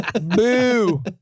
Boo